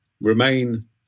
Remain